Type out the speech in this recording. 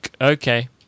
Okay